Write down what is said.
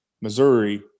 Missouri